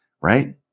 right